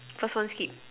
first one skip